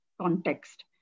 context